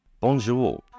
Bonjour